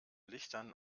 lichtern